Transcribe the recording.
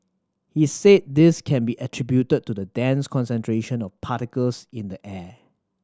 he said this can be attributed to the dense concentration of particles in the air